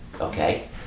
Okay